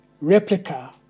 replica